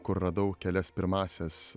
kur radau kelias pirmąsias